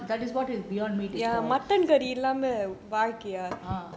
that is what beyond meat is called uh